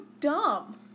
dumb